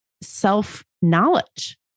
self-knowledge